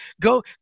go